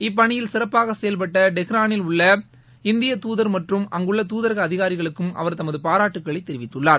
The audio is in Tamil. இப்பணியில் சிறப்பாக செயல்பட்ட டெஹ்ரானில் உள்ள இந்திய தூதர் மற்றும் அங்குள்ள தூதரக அதிகாரிகளுக்கும் அவர் தமது பாராட்டுகளை தெரிவித்துள்ளார்